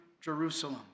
Jerusalem